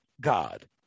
God